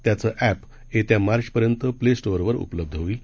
त्याच एप येत्या मार्चपर्यंत प्ले स्टोरवर उपलब्ध होईल